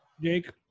jake